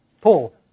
Paul